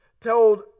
told